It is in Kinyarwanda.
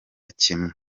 kimwe